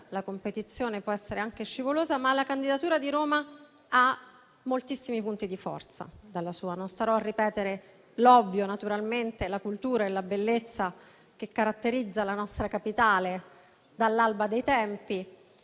la competizione è aspra, può essere anche scivolosa, ma la candidatura di Roma ha moltissimi punti di forza dalla sua. Non starò a ripetere quanto è ovvio, cioè la cultura e la bellezza che caratterizzano la nostra Capitale dall'alba dei tempi.